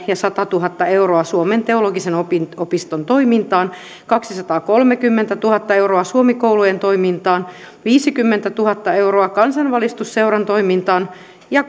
ja satatuhatta euroa suomen teologisen opiston toimintaan kaksisataakolmekymmentätuhatta euroa suomi koulujen toimintaan viisikymmentätuhatta euroa kansanvalistusseuran toimintaan ja